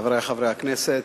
חברי חברי הכנסת,